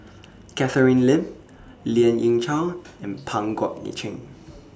Catherine Lim Lien Ying Chow and Pang Guek Cheng